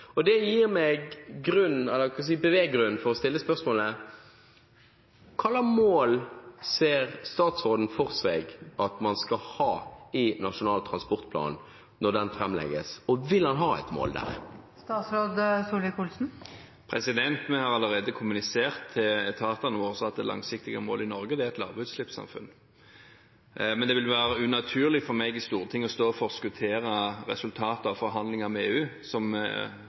transportplan. Det gir meg beveggrunn til å stille spørsmålet: Hva slags mål ser statsråden for seg at man skal ha i Nasjonal transportplan når den framlegges? Vil han ha et mål der? Vi har allerede kommunisert til etatene våre at det langsiktige målet i Norge er et lavutslippssamfunn. Men det vil være unaturlig for meg å stå i Stortinget og forskuttere resultatet av forhandlinger med EU,